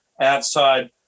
outside